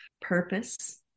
purpose